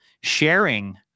sharing